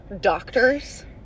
doctors